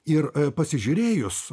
ir pasižiūrėjus